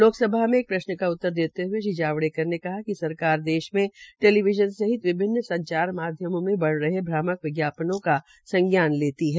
लोकसभा में एक प्रश्न का उत्तर देते हये श्री जावड़ेकर ने कहा कि सरकार देश में टेलीविज़न सहित विभिन्न संचार माध्यमों में बढ़ रहे भ्रामक विज्ञापनों का संज्ञान लेती है